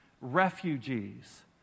Refugees